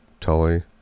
tully